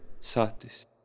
Satis